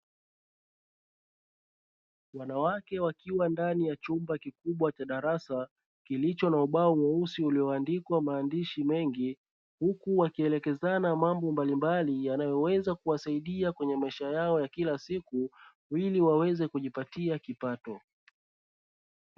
Wanawake wakiwa ndani ya chumba kikubwa cha darasa kilicho na ubao mweusi ulioandikwa maandishi mengi. Huku wakielekezana mambo mbalimbali yanayoweza kuwasaidia kwenye maisha yao ya kila siku, ili waweze kujipatia kipato.